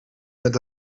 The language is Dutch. met